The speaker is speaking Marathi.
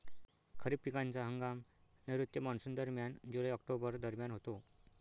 खरीप पिकांचा हंगाम नैऋत्य मॉन्सूनदरम्यान जुलै ऑक्टोबर दरम्यान होतो